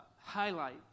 highlight